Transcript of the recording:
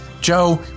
Joe